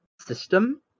system